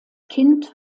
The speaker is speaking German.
kind